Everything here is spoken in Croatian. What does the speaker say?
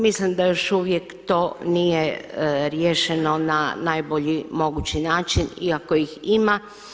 Mislim da još uvijek to nije riješeno na najbolji mogući način iako ih ima.